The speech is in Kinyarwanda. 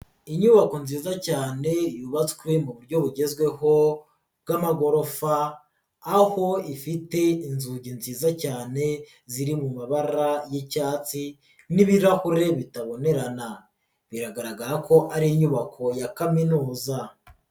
Inyubako nziza cyane yubatswe mu buryo bugezweho bw'amagorofa aho ifite inzugi nziza cyane ziri mu mabara y'icyatsi n'ibirahure bitabonerana, biragaragara ko ari inyubako ya kaminuza.